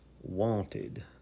wanted